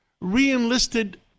re-enlisted